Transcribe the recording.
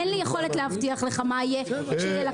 אין לי יכולת להבטיח לך מה יהיה כשילקטו.